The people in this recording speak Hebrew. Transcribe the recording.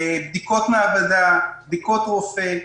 בדיקות מעבדה, בדיקות רופא.